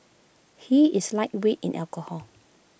he is lightweight in alcohol